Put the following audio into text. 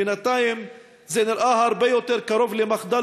בינתיים זה נראה הרבה יותר קרוב למחדל